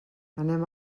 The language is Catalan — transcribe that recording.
anem